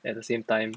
at the same time